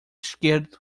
esquerdo